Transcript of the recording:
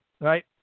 right